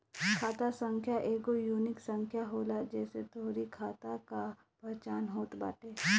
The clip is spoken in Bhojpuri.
खाता संख्या एगो यूनिक संख्या होला जेसे तोहरी खाता कअ पहचान होत बाटे